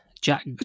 jack